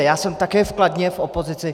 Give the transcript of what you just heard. Já jsem také v Kladně v opozici.